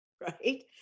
right